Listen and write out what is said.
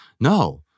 No